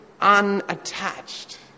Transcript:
unattached